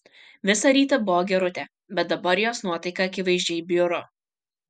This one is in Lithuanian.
visą rytą buvo gerutė bet dabar jos nuotaika akivaizdžiai bjuro